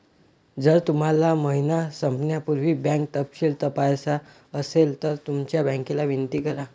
जर तुम्हाला महिना संपण्यापूर्वी बँक तपशील तपासायचा असेल तर तुमच्या बँकेला विनंती करा